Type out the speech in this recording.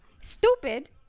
stupid